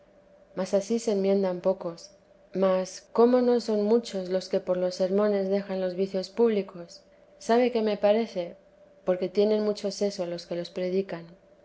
mas ansí se enmiendan pocos mas cómo no son muchos los que por los sermones dejan los vicios públicos sabe que me parece porque tienen mucho seso los que los predican